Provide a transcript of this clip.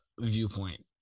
viewpoint